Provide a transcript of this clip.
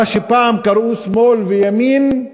מה שפעם קראו שמאל וימין,